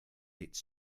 its